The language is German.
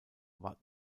war